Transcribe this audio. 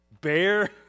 bear